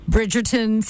Bridgerton